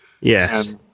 Yes